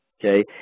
Okay